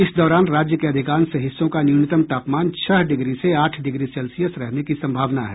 इस दौरान राज्य के अधिकांश हिस्सों का न्यनूतम तापमान छह डिग्री से आठ डिग्री सेल्सियस रहने की संभावना है